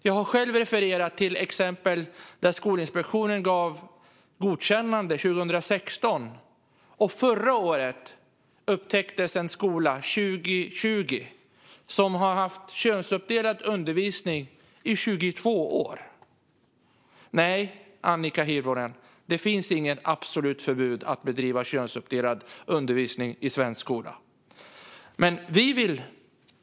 Jag har själv refererat till fallet där Skolinspektionen gav godkännande 2016. Och förra året, 2020, upptäcktes en skola som haft könsuppdelad undervisning i 22 år. Nej, Annika Hirvonen, det finns inget absolut förbud mot att bedriva könsuppdelad undervisning i svensk skola. Men vi vill ha det.